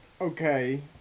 okay